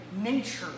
nature